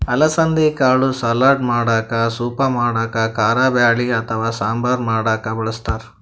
ಅಲಸಂದಿ ಕಾಳ್ ಸಲಾಡ್ ಮಾಡಕ್ಕ ಸೂಪ್ ಮಾಡಕ್ಕ್ ಕಾರಬ್ಯಾಳಿ ಅಥವಾ ಸಾಂಬಾರ್ ಮಾಡಕ್ಕ್ ಬಳಸ್ತಾರ್